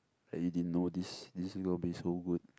like you didn't know this this is gonna be so good